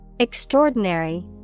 Extraordinary